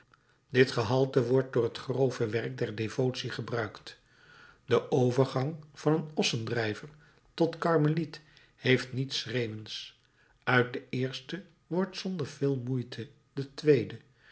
dit gehalte wordt voor het grove werk der devotie gebruikt de overgang van een ossendrijver tot karmeliet heeft niets schreeuwends uit den eerste wordt zonder veel moeite de tweede